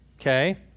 okay